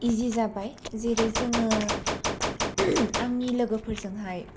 इजि जाबाय जेरै जोङो आंनि लोगोफोरजोंहाय